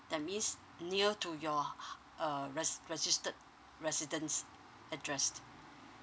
that means near to your uh res~ registered residents address